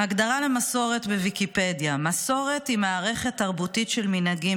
ההגדרה למסורת בוויקיפדיה: "מסורת היא מערכת תרבותית של מנהגים,